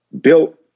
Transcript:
built